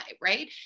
right